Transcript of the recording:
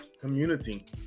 Community